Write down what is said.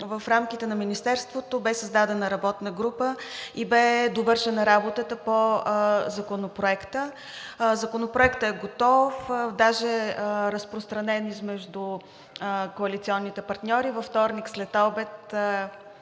В рамките на Министерството бе създадена работна група и бе довършена работата по Законопроекта. Законопроектът е готов, даже е разпространен между коалиционните партньори и във вторник следобед